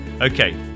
Okay